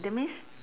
that means